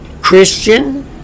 Christian